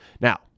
Now